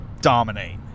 dominate